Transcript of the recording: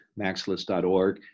maxlist.org